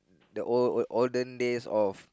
the old old olden days of